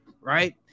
right